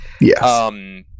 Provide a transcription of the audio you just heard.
Yes